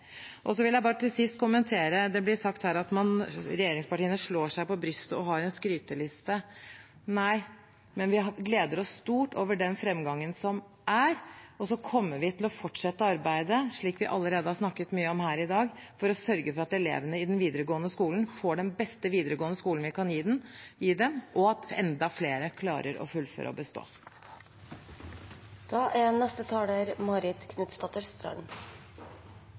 vil jeg kommentere: Det blir sagt her at regjeringspartiene slår seg på brystet og har en skryteliste. Nei, men vi gleder oss stort over framgangen som er. Vi kommer til å fortsette å arbeide, slik vi allerede har snakket mye om i dag, for å sørge for at elevene i den videregående skolen får den beste videregående skole vi kan gi dem, og at enda flere klarer å fullføre og bestå. Debatten går inn for landing, men jeg tenker at det er